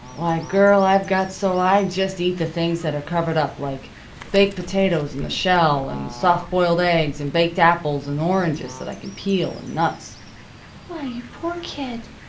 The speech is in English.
why, girl, i've got so i just eat the things that are covered up like baked potatoes in the shell, and soft boiled eggs, and baked apples, and oranges that i can peel, and nuts why, you poor kid,